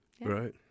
right